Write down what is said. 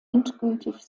endgültig